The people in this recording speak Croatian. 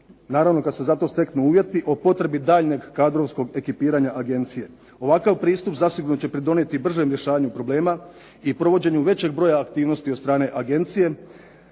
naravno kad se za to steknu uvjeti, o potrebi daljnjeg kadrovskog ekipiranja agencije. Ovakav pristup zasigurno će pridonijeti bržem rješavanju problema i provođenju većeg broja aktivnosti od strane agencije